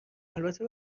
البته